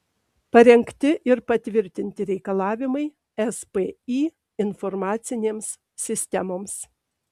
parengti ir patvirtinti reikalavimai spį informacinėms sistemoms